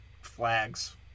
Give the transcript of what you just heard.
flags